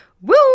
woo